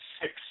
six